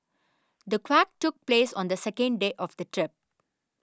the quake took place on the second day of the trip